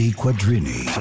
quadrini